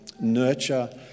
nurture